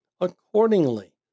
Accordingly